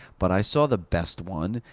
but i saw the best one.